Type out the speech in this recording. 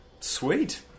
sweet